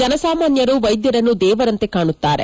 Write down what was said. ಜನಸಾಮಾನ್ಯರು ವೈದ್ಯರನ್ನು ದೇವರಂತೆ ಕಾಣುತ್ತಾರೆ